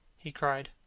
he cried,